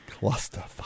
clusterfuck